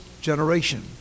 generation